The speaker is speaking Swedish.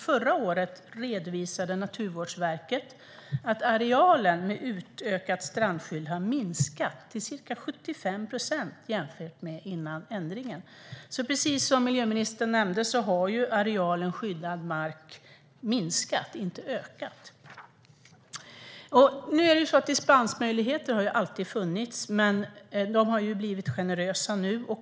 Förra året redovisade Naturvårdsverket att arealen med utökat strandskydd har minskat till ca 75 procent jämfört med före ändringen. Precis som miljöministern nämnde har arealen skyddad mark minskat, inte ökat. Dispensmöjligheter har alltid funnits, men de har blivit generösa.